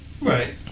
right